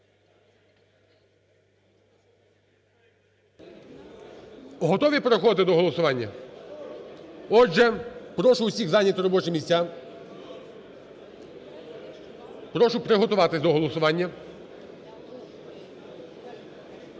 Готові переходити до голосування? Отже, прошу всіх зайняти робочі місця. Прошу приготуватись до голосування.